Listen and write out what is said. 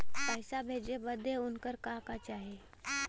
पैसा भेजे बदे उनकर का का चाही?